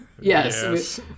Yes